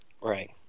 Right